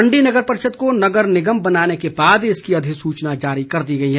अधिसूचना मंडी नगर परिषद को नगर निगम बनाने के बाद इसकी अधिसूचना जारी कर दी गई है